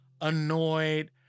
annoyed